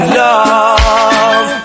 love